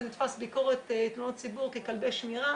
נתפס שביקורת תלונות ציבור ככלבי שמירה,